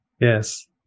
yes